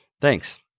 Thanks